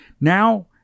Now